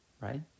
right